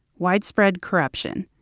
widespread corruption.